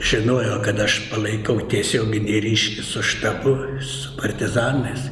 žinojo kad aš palaikau tiesioginį ryšį su štabu su partizanais